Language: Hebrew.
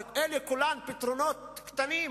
אלה כולם פתרונות קטנים.